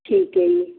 ਠੀਕ ਹੈ ਜੀ